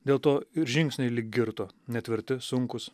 dėl to ir žingsniai lyg girto netvirti sunkūs